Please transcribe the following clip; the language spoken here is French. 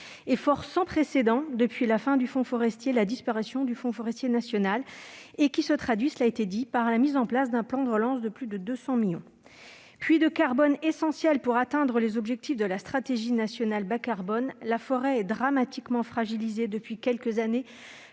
effort est sans précédent depuis la disparition du Fonds forestier national ; il se traduit- cela a été dit -par la mise en place d'un plan de relance de plus de 200 millions d'euros. Puits de carbone essentiel pour atteindre les objectifs de la stratégie nationale bas-carbone (SNBC), la forêt est dramatiquement fragilisée depuis quelques années